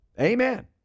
Amen